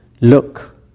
look